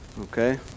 Okay